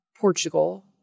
Portugal